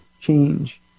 change